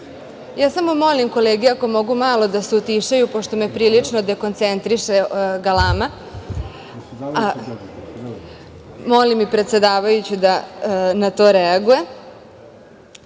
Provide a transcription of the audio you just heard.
samo molim kolege ako mogu malo da se utišaju, pošto me prilično dekoncentriše galama. Molim i predsedavajuću da na to reaguje. Da